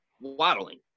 waddling